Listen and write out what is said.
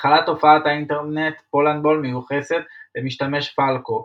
התחלת תופעת האינטרנט פולנדבול מיוחסת למשתמש "Falco",